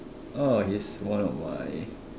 oh he's one of my